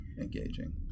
engaging